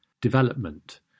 development